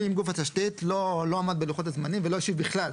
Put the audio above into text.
גוף התשתית לא עמד בלוחות הזמנים ולא השיב בכלל,